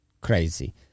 crazy